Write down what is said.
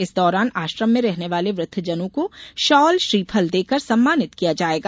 इस दौरान आश्रम में रहने वाले वृद्वजनों को शाल श्रीफल देकर सम्मानित किया जाएगा